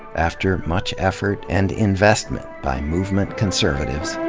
after much effort and investment by movement conservatives.